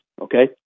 okay